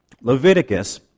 Leviticus